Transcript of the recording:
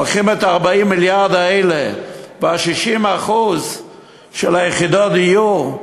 לוקחים את 40 המיליארד האלה וה-60% של יחידות הדיור,